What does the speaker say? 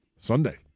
Sunday